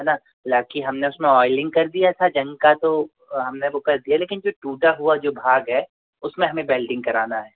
है ना हालाँकि हमने उसमें ऑइलिंग कर दिया था जंग का तो हमने वो कर दिया लेकिन जो टूटा हुआ जो भाग है उसमें हमें बेल्डिंग कराना है